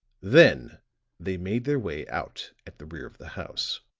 then they made their way out at the rear of the house.